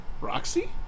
Roxy